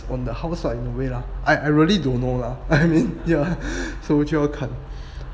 on the house lah in a way I I really don't know lah I mean yeah so 就要看